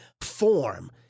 form